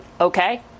Okay